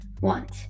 want